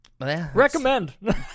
recommend